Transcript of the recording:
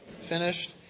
finished